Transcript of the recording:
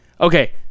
Okay